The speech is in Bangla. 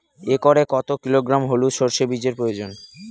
একরে কত কিলোগ্রাম হলুদ সরষে বীজের প্রয়োজন?